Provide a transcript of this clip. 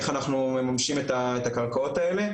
איך אנחנו ממשים את הקרקעות האלה,